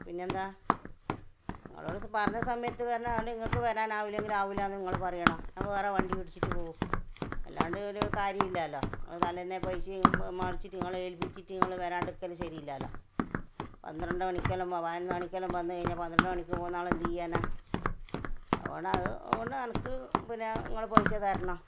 പിന്നെന്താ നിങ്ങളോട് പറഞ്ഞ സമയത്ത് വരണം അതുകൊണ്ട് നിങ്ങള്ക്ക് വരാനാകൂല എങ്കില് ആകൂല എന്ന് നിങ്ങൾ പറയണം ഞാന് വേറെ വണ്ടി പിടിച്ചിട്ട് പോവും അല്ലാതെ ഒരു കാര്യവും ഇല്ലാല്ലോ നിങ്ങൾ തലേന്നെ പൈസയും മറിച്ചിട്ട് നിങ്ങളെ ഏൽപ്പിച്ചിട്ട് നിങ്ങൾ വരാണ്ടിരിക്കല് ശരിയല്ലാല്ലോ പന്ത്രണ്ട് മണിക്കല്ല പതിനൊന്ന് മണിക്കേലും വന്ന് കഴിഞ്ഞാ പന്ത്രണ്ട് മണിക്ക് പോകുന്നാള് എന്ത് ചെയ്യാനാ അതുകൊണ്ട് അത് കൊണ്ട് എനിക്ക് പിന്നെ നിങ്ങൾ പൈസ തരണം